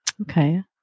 Okay